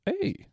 Hey